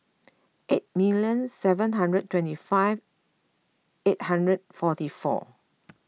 eight million seven hundred twenty five eight hundred forty four